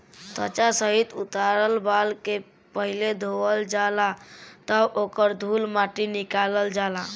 त्वचा सहित उतारल बाल के पहिले धोवल जाला तब ओकर धूल माटी निकालल जाला